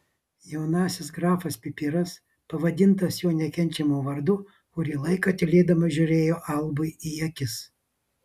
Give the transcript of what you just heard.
jaunasis grafas pipiras pavadintas jo nekenčiamu vardu kurį laiką tylėdamas žiūrėjo albui į akis